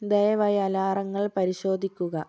ദയവായി അലാറങ്ങൾ പരിശോധിക്കുക